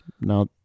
Now